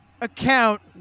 account